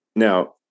Now